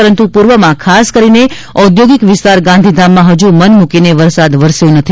પરંતુ પૂર્વમાં ખાસ કરીને ઓદ્યોગિક વિસ્તાર ગાંધીધામમાં હજૂ મન મૂકીને વરસાદ થયો નથી